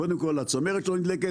קודם כל הצמרת שלו נדלקת,